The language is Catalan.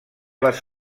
les